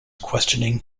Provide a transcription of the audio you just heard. questioning